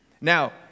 Now